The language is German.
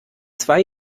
zwei